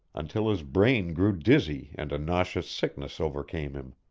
until his brain grew dizzy and a nauseous sickness overcame him.